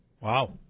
Wow